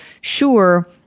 sure